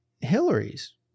Hillary's